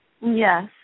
Yes